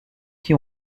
qui